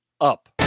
Up